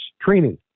training